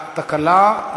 תקלה.